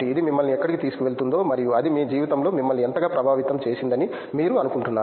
ఇది మిమ్మల్ని ఎక్కడికి తీసుకెళుతుందో మరియు అది మీ జీవితంలో మిమ్మల్ని ఎంతగా ప్రభావితం చేసిందని మీరు అనుకుంటున్నారు